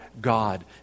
God